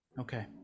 Okay